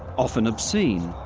often obscene.